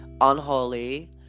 Unholy